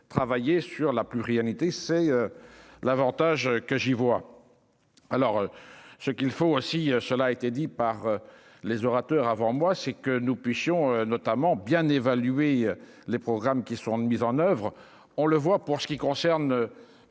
travailler sur la pluie réalité c'est l'avantage que j'y vois alors ce qu'il faut aussi, cela a été dit par les orateurs avant moi, c'est que nous puissions notamment bien évaluer les programmes qui seront de mise en oeuvre, on le voit, pour ce qui concerne